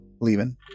leaving